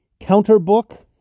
counterbook